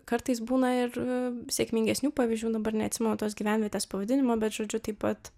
kartais būna ir sėkmingesnių pavyzdžių dabar neatsimenu tos gyvenvietės pavadinimo bet žodžiu taip pat